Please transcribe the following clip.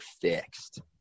fixed